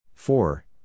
Four